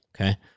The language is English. okay